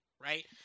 right